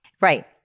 right